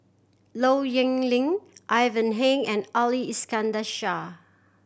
Low Yen Ling Ivan Heng and Ali Iskandar Shah